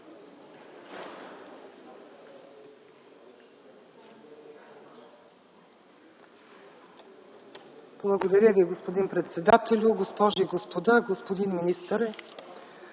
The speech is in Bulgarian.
Благодаря Ви, господин председателю. Госпожи и господа! Господин министре,